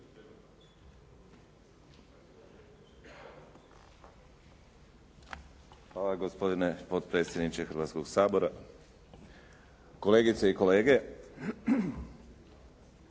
Hvala. Gospodine potpredsjedniče Hrvatskoga sabora, kolegice i kolege.